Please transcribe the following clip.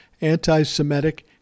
anti-Semitic